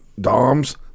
doms